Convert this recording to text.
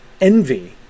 envy